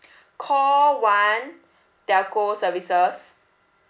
call one telco services